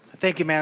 thank you mme. and